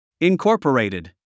Incorporated